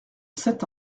sept